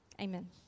Amen